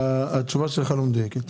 התשובה שלך לא מדויקת,